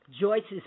Joyce's